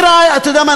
אתה יודע מה?